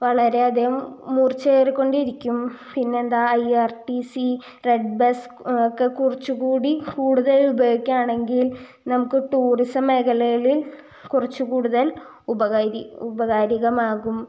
വളരെ അധികം മൂർച്ച ഏറിക്കൊണ്ടിരിക്കും പിന്നെ എന്താണ് I R T C red bus ഒക്കെ കുറച്ച് കൂടി കൂടുതൽ ഉപയോഗിക്കുക ആണെങ്കിൽ നമുക്ക് ടൂറിസം മേഖലകയിൽ കുറച്ച് കൂടുതൽ ഉപകാരികമാകും